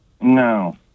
No